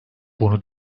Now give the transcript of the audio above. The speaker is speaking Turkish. bunu